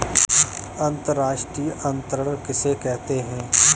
अंतर्राष्ट्रीय अंतरण किसे कहते हैं?